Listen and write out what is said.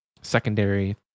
secondary